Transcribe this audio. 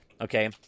Okay